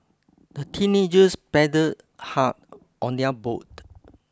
the teenagers paddled hard on their boat